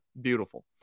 Beautiful